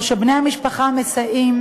או שבני המשפחה המסייעים